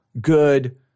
good